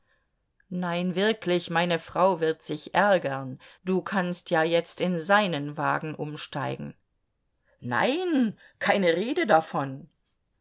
nein wirklich meine frau wird sich ärgern du kannst ja jetzt in seinen wagen umsteigen nein keine rede davon